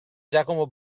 giacomo